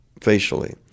facially